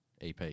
EP